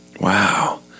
Wow